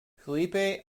philippe